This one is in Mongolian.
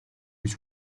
гэж